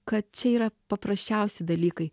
kad čia yra paprasčiausi dalykai